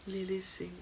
lilly singh